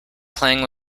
playing